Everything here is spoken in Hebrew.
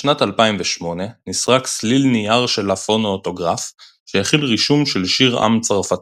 בשנת 2008 נסרק סליל נייר של הפונואוטוגרף שהכיל רישום של שיר עם צרפתי,